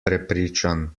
prepričan